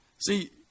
See